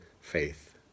faith